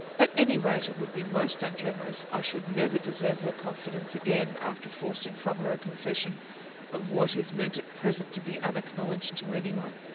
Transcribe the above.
at any rate it would be most ungenerous. i should never deserve her confidence again, after forcing from her a confession of what is meant at present to be unacknowledged to any one.